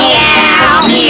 Meow